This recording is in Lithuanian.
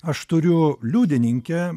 aš turiu liudininkę